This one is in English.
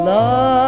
Love